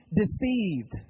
deceived